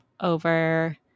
over